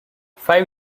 five